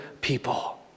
people